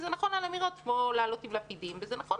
וזה נכון על אמירות כמו לעלות עם לפידים וזה נכון